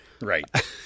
right